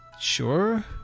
sure